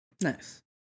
Nice